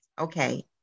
Okay